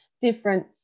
different